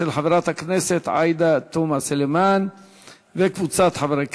של חברת הכנסת עאידה תומא סלימאן וקבוצת חברי הכנסת.